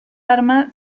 arma